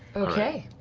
okay.